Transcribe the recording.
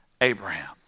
Abraham